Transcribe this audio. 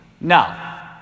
No